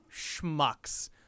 schmucks